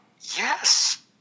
Yes